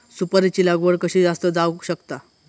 सुपारीची लागवड कशी जास्त जावक शकता?